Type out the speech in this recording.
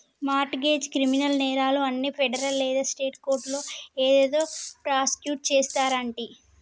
mart గెజ్, criminal నేరాలు అన్ని federal లేదా స్టేట్ కోర్టులో అదేదో ప్రాసుకుట్ చేస్తారంటి